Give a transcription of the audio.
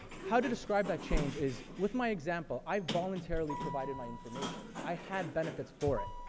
how to describe that change is with my example, i voluntarily provided my information, i had benefits for it.